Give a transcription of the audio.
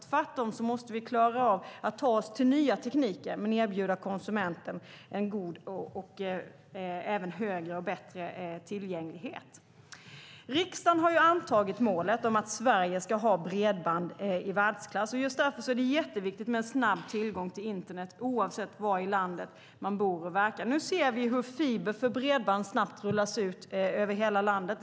Tvärtom måste vi klara av att ta oss till nya tekniker och erbjuda konsumenten en högre och bättre tillgänglighet. Riksdagen har antagit målet att Sverige ska ha bredband i världsklass. Därför är det viktigt med snabb tillgång till internet oavsett var i landet man bor och verkar. Nu ser vi hur fiber för bredband snabbt rullas ut över hela landet.